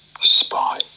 spy